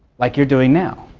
like you are doing now.